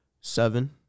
Seven